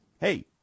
hey